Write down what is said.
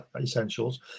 Essentials